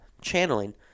channeling